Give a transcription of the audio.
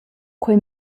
quei